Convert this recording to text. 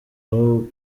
aho